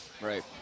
Right